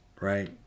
right